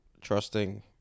trusting